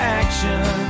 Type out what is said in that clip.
action